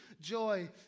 joy